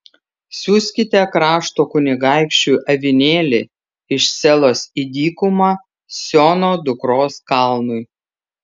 siųskite krašto kunigaikščiui avinėlį iš selos į dykumą siono dukros kalnui